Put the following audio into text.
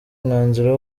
umwanzuro